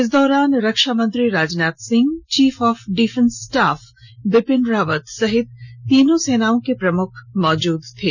इस दौरान रक्षामंत्री Rajnath Singh chief of defence staff Bipin Rawat सहित तीनों सेनाओं के प्रमुख मौजूद थे